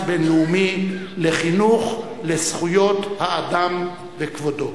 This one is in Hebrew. בין-לאומי לחינוך לזכויות האדם ולכבודו.